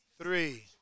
three